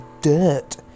dirt